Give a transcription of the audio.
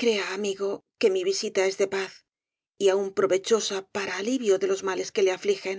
crea amigo que mi visita es de paz y aun provechosa para alivio de los males que le afligen